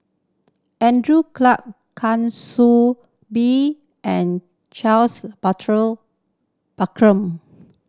Andrew Clarke Soo Bee and Charles